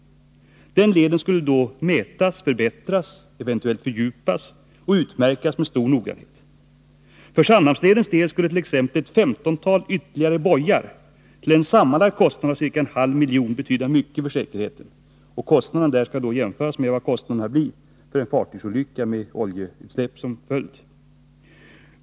Den leden skulle då mätas, förbättras, eventuellt fördjupas och utmärkas med stor noggrannhet. För Sandhamnsledens del skulle t.ex. ett femtontal ytterligare bojar till en sammanlagd kostnad av ca en halv miljon kronor betyda mycket för säkerheten. Den kostnaden skall jämföras med vad kostnaderna blir efter en fartygsolycka med oljeutsläpp som följd.